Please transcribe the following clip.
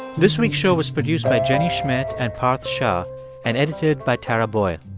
this week's show was produced by jenny schmidt and parth shah and edited by tara boyle.